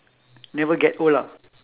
never get old ah